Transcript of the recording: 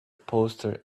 poster